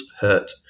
hurt